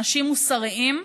אנשים מוסריים,